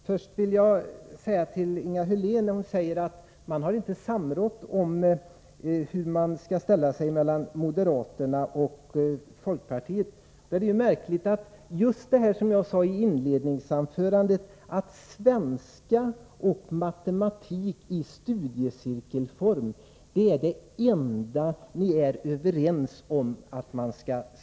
Herr talman! Inga Hörlén säger att moderaterna och folkpartiet inte har samrått om hur de skall ställa sig. Det är märkligt att det är just det jag sade i mitt inledningsanförande — svenska och matematik i studiecirkelform är det enda ni är överens om att spara på.